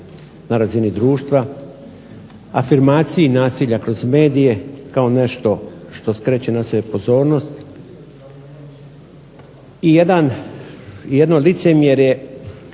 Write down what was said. na razini društva, afirmaciji nasilja kroz medije kao nešto što skreće na sebe pozornost i jedno licemjerje